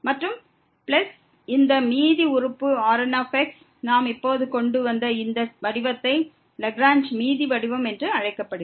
மற்றும் பிளஸ் இந்த மீதி உறுப்பு Rnx நாம் இப்போது கொண்டு வந்த இந்த வடிவம் ரிமெயிண்டரின் லாக்ரேஞ்ச் வடிவம் என்று அழைக்கப்படுகிறது